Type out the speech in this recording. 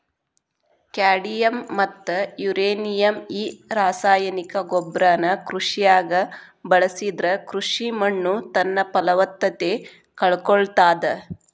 cadmium ಮತ್ತ uranium ಈ ರಾಸಾಯನಿಕ ಗೊಬ್ಬರನ ಕೃಷಿಯಾಗ ಬಳಸಿದ್ರ ಕೃಷಿ ಮಣ್ಣುತನ್ನಪಲವತ್ತತೆ ಕಳಕೊಳ್ತಾದ